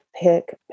Pick